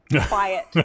Quiet